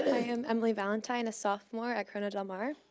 i am emily valentine, a sophomore at corona del mar.